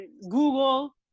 Google